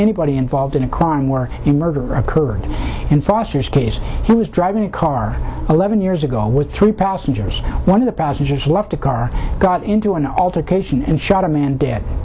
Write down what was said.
anybody involved in a crime work in murder occurred in foster's case he was driving a car eleven years ago with three passengers one of the passengers left a car got into an altercation and shot a man de